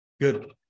Good